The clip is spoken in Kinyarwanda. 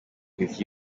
with